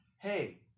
Hey